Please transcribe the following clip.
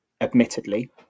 admittedly